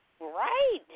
right